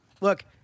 Look